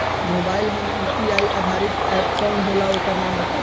Mobile म UPI आधारित app कौन होला ओकर नाम बताईं?